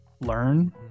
learn